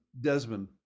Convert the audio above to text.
Desmond